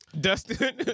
Dustin